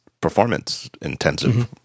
performance-intensive